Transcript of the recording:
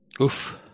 Oof